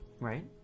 Right